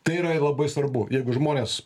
tai yra labai svarbu jeigu žmonės